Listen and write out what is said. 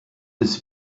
ist